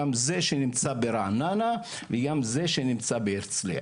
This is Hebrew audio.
גם זה שנמצא ברעננה וגם זה שנמצא בהרצליה